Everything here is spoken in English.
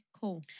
cool